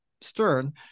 stern